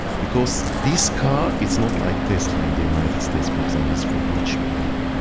because this car, it's not like tesla in the united states for example is for rich people.